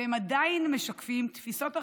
והם עדיין משקפים תפיסות ארכאיות,